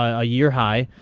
a year high.